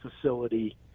facility